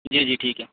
جی جی ٹھیک ہے